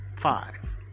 Five